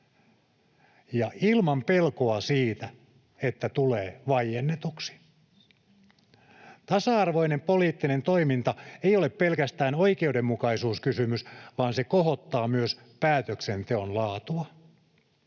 ilman pelkoa siitä, että tulee vaiennetuksi. Tasa-arvoinen poliittinen toiminta ei ole pelkästään oikeudenmukaisuuskysymys, vaan se kohottaa myös päätöksenteon laatua.